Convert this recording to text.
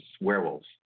werewolves